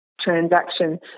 transaction